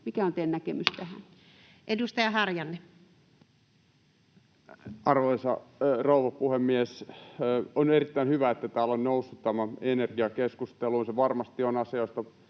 mikä on teidän näkemyksenne tähän? Edustaja Harjanne. Arvoisa rouva puhemies! On erittäin hyvä, että täällä on noussut tämä energia keskusteluun. Se varmasti on asia,